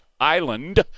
Island